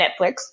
Netflix